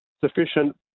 sufficient